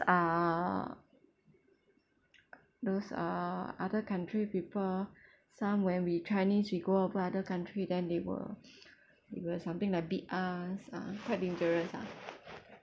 uh those uh other country people some when we chinese we go over other country then they will they will something like beat us ah quite dangerous ah